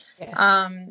Yes